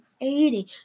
eighty